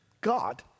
God